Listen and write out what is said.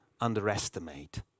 underestimate